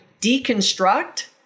deconstruct